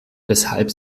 weshalb